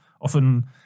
Often